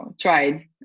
tried